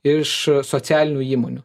iš socialinių įmonių